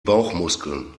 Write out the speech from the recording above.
bauchmuskeln